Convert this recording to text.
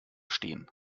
stehen